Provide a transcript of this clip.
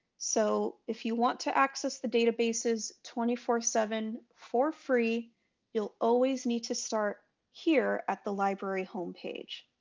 so if you want to access the databases twenty four seven for free you'll always need to start here at the library homepage.